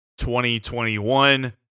2021